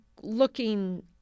looking